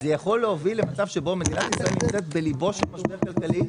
זה יכול להוביל למצב שבו מדינת ישראל נמצאת בליבו של משבר כלכלי,